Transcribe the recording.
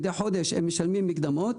מדי חודש הם משלמים מקדמות,